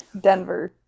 Denver